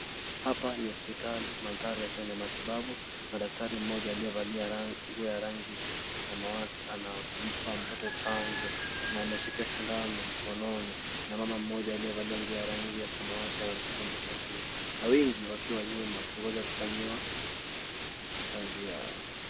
Hapa ni hospitali mandhari yakiwa ni ya matibabu na daktari mmoja aliyevalia nguo ya rangi ya samawati anampa mtoto chanjo na ameshika sindano mkononi na mama mmoja aliyevalia nguo ya rangi ya samawati amemshika mtoto huyu na wengi wakiwa nyuma wakingoja kufanyiwa kazi yao.